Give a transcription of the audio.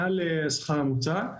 מעל השכר הממוצע.